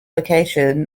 location